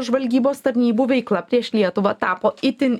žvalgybos tarnybų veiklą prieš lietuvą tapo itin